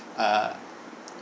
uh